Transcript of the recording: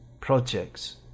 projects